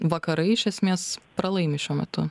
vakarai iš esmės pralaimi šiuo metu